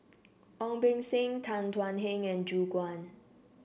Ong Beng Seng Tan Thuan Heng and Gu Juan